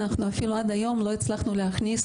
אנחנו אפילו עד היום לא הצלחנו להכניס